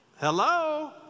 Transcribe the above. Hello